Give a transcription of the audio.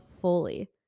fully